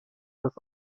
des